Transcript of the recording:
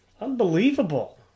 Unbelievable